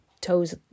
toes